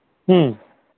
ᱦᱩᱸ